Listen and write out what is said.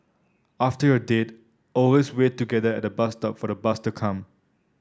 after your date always wait together at the bus stop for the bus to come